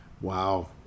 Wow